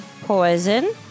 poison